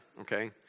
okay